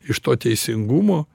iš to teisingumo